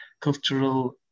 cultural